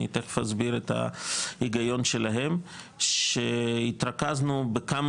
אני תיכף אסביר את ההיגיון שלהם שהתרכזנו בכמה